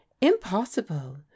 Impossible